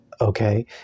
Okay